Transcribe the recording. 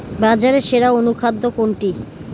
বাজারে সেরা অনুখাদ্য কোনটি?